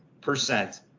percent